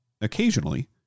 occasionally